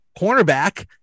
cornerback